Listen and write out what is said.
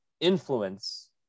influence